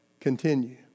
continue